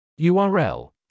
url